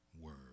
word